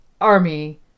army